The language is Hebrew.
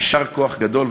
יישר כוח גדול.